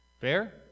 Fair